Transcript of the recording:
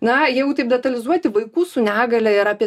na jeigu taip detalizuoti vaikų su negalia yra apie